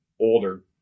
older